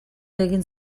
egin